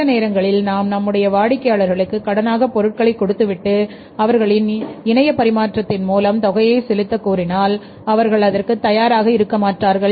சில நேரங்களில் நாம் நம்முடைய வாடிக்கையாளர்களுக்கு கடனாக பொருட்களை கொடுத்து விட்டு அவர்களின் இணைய பரிமாற்றத்தின் மூலம் தொகையை செலுத்த கூறினார் அவர்கள் அதற்கு தயாராக இருக்க மாட்டார்கள்